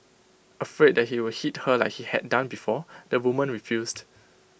afraid that he would hit her like he had done before the woman refused